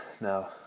Now